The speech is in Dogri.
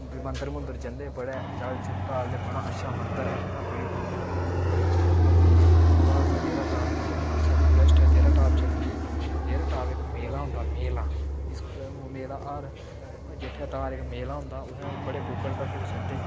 बी मंदर मुंदर जंदे बड़े जल जुल ढालदे बड़ा अच्छा मंदर ऐ उत्थै बड़ी दुनिया औंदी उत्थै टूरिस्ट औंदा इत्थुआं बाद अस देह्रा टाप इक बड़ा अच्छा टूरिस्ट ऐ देह्रा टाप चली जंदे देह्रा टाप इक मेला होंदा मेला मेला हर जेठे तार इक मेला होंदा उत्थै बड़े कुक्कड़ कक्कड़ चढ़दे